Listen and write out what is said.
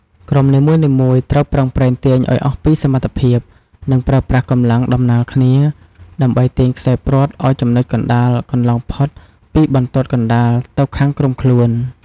ក្រុមនីមួយៗត្រូវប្រឹងប្រែងទាញឱ្យអស់ពីសមត្ថភាព និងប្រើប្រាស់កម្លាំងដំណាលគ្នា ដើម្បីទាញខ្សែព្រ័ត្រឱ្យចំណុចកណ្ដាលកន្លងផុតពីបន្ទាត់កណ្ដាលទៅខាងក្រុមខ្លួន។